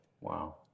Wow